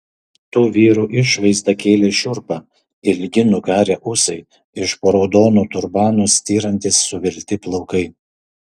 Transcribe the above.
tų vyrų išvaizda kėlė šiurpą ilgi nukarę ūsai iš po raudonų turbanų styrantys suvelti plaukai